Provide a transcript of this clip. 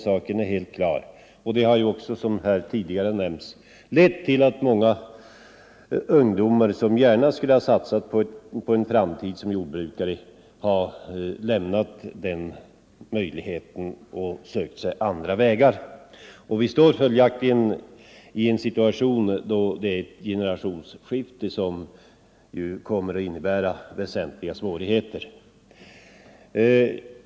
Som tidigare nämnts har denna otrygghet lett till att många ungdomar, som gärna skulle ha satsat på en framtid som jordbrukare, har avstått därifrån och i stället sökt sig andra vägar. Vi står följaktligen inför ett generationsskifte som kommer att medföra väsentliga svårigheter.